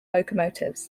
locomotives